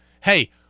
hey